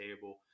table